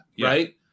Right